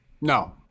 no